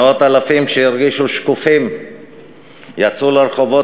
מאות אלפים שהרגישו שקופים יצאו לרחובות,